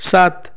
ସାତ